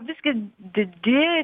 visgi didieji